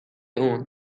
اون